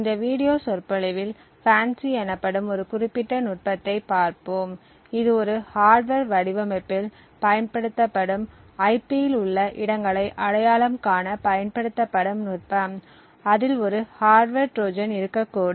இந்த வீடியோ சொற்பொழிவில் FANCI எனப்படும் ஒரு குறிப்பிட்ட நுட்பத்தைப் பார்ப்போம் இது ஒரு ஹார்ட்வர் வடிவமைப்பில் பயன்படுத்தப்படும் ஐபியில் உள்ள இடங்களை அடையாளம் காண பயன்படுத்தப்படும் நுட்பம் அதில் ஒரு ஹார்ட்வர் ட்ரோஜன் இருக்கக்கூடும்